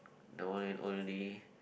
the one and only